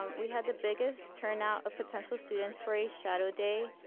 um we had the biggest turnout of potential students for a shadow day.